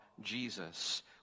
jesus